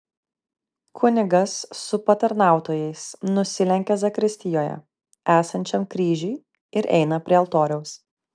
kunigas su patarnautojais nusilenkia zakristijoje esančiam kryžiui ir eina prie altoriaus